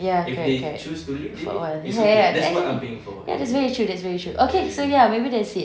ya correct correct for all ya ya ya as in ya that's very true that's very true okay so ya maybe that's it